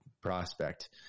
prospect